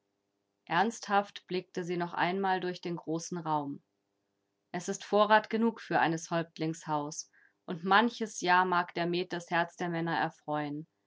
ernsthaft blickte sie noch einmal durch den großen raum es ist vorrat genug für eines häuptlings haus und manches jahr mag der met das herz der männer erfreuen